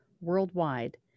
worldwide